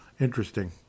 Interesting